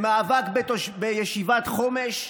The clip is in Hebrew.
במאבק בישיבת חומש?